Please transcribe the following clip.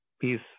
peace